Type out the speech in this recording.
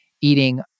eating